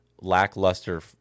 lackluster